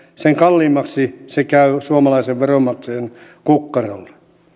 sen kalliimmaksi se käy suomalaisen veronmaksajan kukkarolle